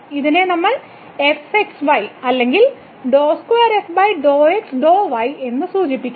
ഇതിനെ നമ്മൾ fxy അല്ലെങ്കിൽ എന്ന് സൂചിപ്പിക്കും